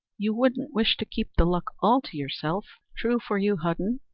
you wouldn't wish to keep the luck all to yourself? true for you, hudden,